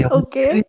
okay